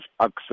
access